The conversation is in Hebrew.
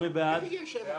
הרביזיה (36) לסעיף 1 לא נתקבלה.